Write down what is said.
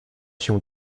się